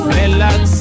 relax